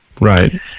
right